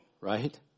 right